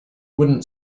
wouldn’t